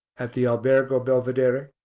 at the albergo belvedere?